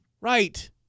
Right